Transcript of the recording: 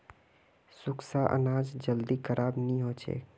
सुख्खा अनाज जल्दी खराब नी हछेक